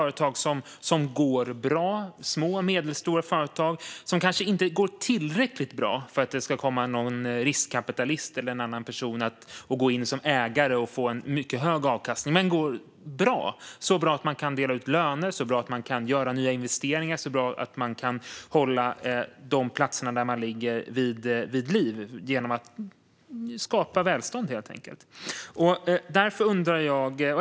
Det är små och medelstora företag som går bra men som kanske inte går tillräckligt bra för att det ska komma någon riskkapitalist eller någon annan person och gå in som ägare och få en mycket hög avkastning. Men de går bra, så bra att de kan dela ut löner, göra nya investeringar och hålla de platser där de finns vid liv genom att helt enkelt skapa välstånd.